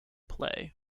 play